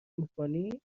میکنی